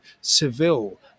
Seville